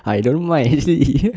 I don't like this